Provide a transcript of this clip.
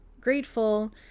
grateful